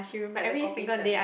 like the kopi fella